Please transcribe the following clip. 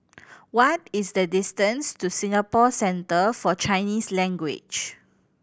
what is the distance to Singapore Centre For Chinese Language